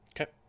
okay